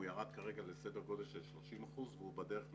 הוא ירד כרגע לסדר גודל של 30% והוא בדרך למטה.